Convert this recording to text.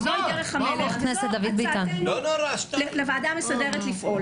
זו הצעתנו לוועדה המסדרת לפעול.